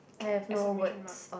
cap exclamation mark